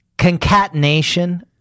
concatenation